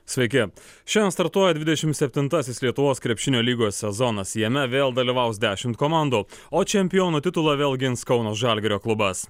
sveiki šiandien startuoja dvidešimt septintasis lietuvos krepšinio lygos sezonas jame vėl dalyvaus dešimt komandų o čempiono titulą vėl gins kauno žalgirio klubas